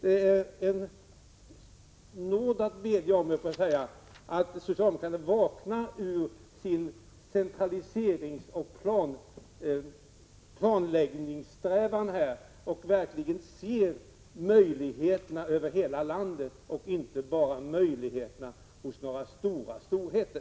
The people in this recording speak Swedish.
Det vore en nåd att bedja om att socialdemokraterna vaknade ur sin centraliseringsoch planläggningssträvan och verkligen såg till möjligheterna i hela landet och inte bara hos några stora enheter.